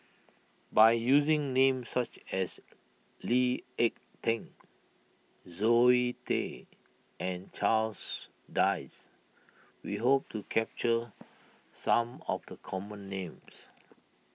by using names such as Lee Ek Tieng Zoe Tay and Charles Dyce we hope to capture some of the common names